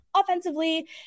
offensively